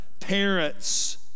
parents